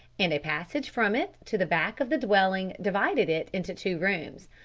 and a passage from it to the back of the dwelling divided it into two rooms.